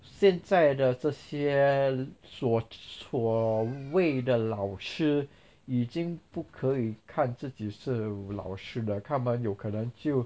现在的这些所所谓的老师已经不可以看自己是老师了他们有可能就